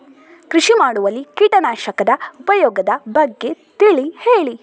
ಕೃಷಿ ಮಾಡುವಲ್ಲಿ ಕೀಟನಾಶಕದ ಉಪಯೋಗದ ಬಗ್ಗೆ ತಿಳಿ ಹೇಳಿ